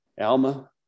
Alma